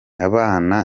abana